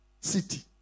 city